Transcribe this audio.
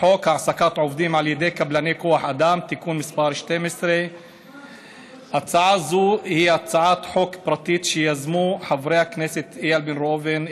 חוק העסקת עובדים על ידי קבלני כוח אדם (תיקון מס' 12). הצעה זו היא הצעת חוק פרטית שיזמו חברי הכנסת איל בן ראובן,